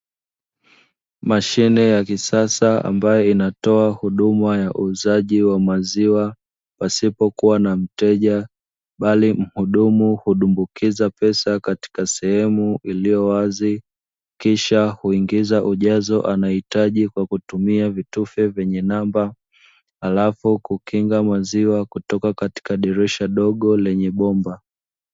Mashine ya kisasa ambayo inatoa huduma ya uuzaji wa maziwa pasipokuwa na mteja bali mhudumu hudumbukiza pesa katika sehemu iliyo wazi, kisha huingiza ujazo anaohitaji kwa kutumia vitufe vyenye namba halafu kukinga maziwa kutoka katika dirisha dogo lenye bomba.